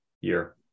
year